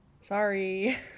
Sorry